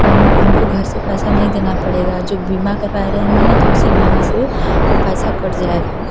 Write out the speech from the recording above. वह हमको घर से पैसा नहीं देना पड़ेगा जो बीमा करवाए रहेंगे न तो उसी बीमा से वह पैसा कट जाएगा